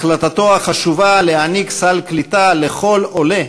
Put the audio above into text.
החלטתו החשובה להעניק סל קליטה לכל עולה